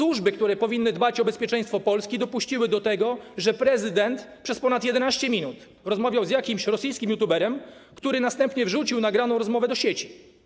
Służby, które powinny dbać o bezpieczeństwo Polski, dopuściły do tego, że prezydent przez ponad 11 minut rozmawiał z jakimś rosyjskim youtuberem, który następnie wrzucił nagraną rozmowę do sieci.